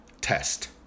Test